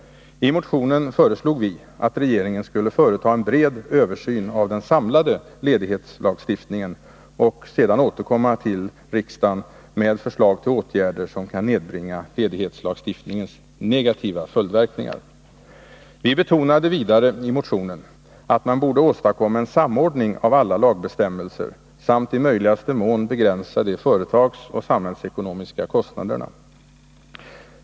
I motionen föreslog vi att regeringen skulle företa en bred översyn av den samlade ledighetslagstiftningen, och sedan återkomma till riksdagen med förslag till åtgärder som kan nedbringa ledighetslagstiftningens negativa följdverkningar. Vi betonade vidare i motionen att man borde åstadkomma en samordning av alla lagbestämmelser samt i möjligaste mån begränsa de företagsoch samhällsekonomiska kostnaderna.